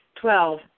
Twelve